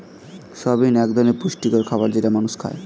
soybean এক ধরনের পুষ্টিকর খাবার যেটা মানুষ খায়